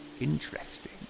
interesting